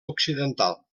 occidental